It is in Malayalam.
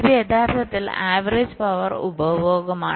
ഇത് യഥാർത്ഥത്തിൽ ആവറേജ് പവർ ഉപഭോഗമാണ്